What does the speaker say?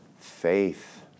faith